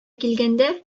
килгәндә